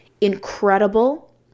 incredible